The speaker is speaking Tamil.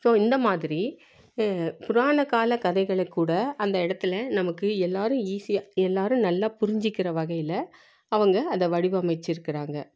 ஸோ இந்த மாதிரி புராணக்கால கதைகளைக் கூட அந்த இடத்துல நமக்கு எல்லாரும் ஈஸியாக எல்லாரும் நல்லா புரிஞ்சிக்கிற வகையில் அவங்க அதை வடிவமைச்சிருக்கிறாங்க